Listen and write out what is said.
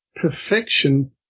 perfection